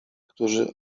którzy